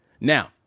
Now